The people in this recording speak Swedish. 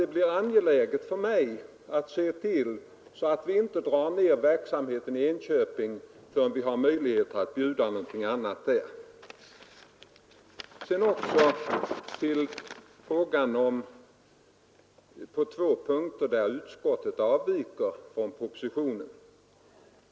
Det blir angeläget för mig att se till att vi inte drar ner verksamheten i Enköping förrän vi har möjlighet att bjuda någonting annat där. På två punkter har utskottet avvikit från propositionens förslag.